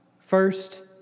First